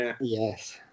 Yes